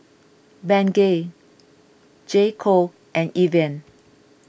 Bengay J Co and Evian